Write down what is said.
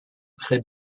près